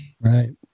Right